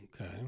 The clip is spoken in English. Okay